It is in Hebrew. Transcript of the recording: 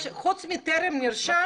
חוץ מ'טרם נרשם'